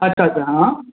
अच्छा अच्छा हँ